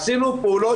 עשינו פעולות,